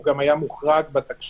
הוא גם היה מוחרג בתקש"ח,